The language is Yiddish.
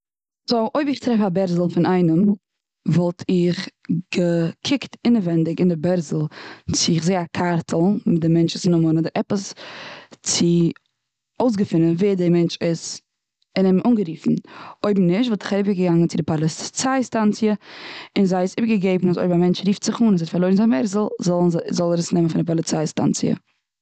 סאו, אויב איך טרעף א בערזל פון איינעם. וואלט איך געקוקט אינעווענדיג און די בערזל צו איך זעה א קארטל מיט די מענטשנס נאמען, אדער עפעס אויס צו געפינען ווער די מענטש איז. און אים אנגעריפן. אויב נישט וואלט איך אריבערגעגאנגען צו די פאליציי סטאנציע און זיי עס איבער געגעבן. אויב א מענטש רופט זיך אן אז ער פארלוירן זיין בערזל זאל, זאל ער עס נעמען פון די פאליציי סטאנציע.